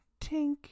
tink